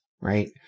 Right